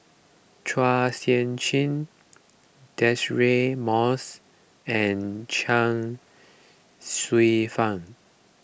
Chua Sian Chin Deirdre Moss and Chuang Hsueh Fang